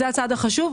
הוא החשוב,